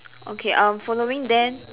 okay uh following then